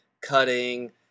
cutting